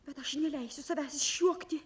bet aš neleisiu savęs išjuokti